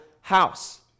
house